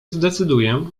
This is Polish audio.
zdecyduję